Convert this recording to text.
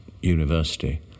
university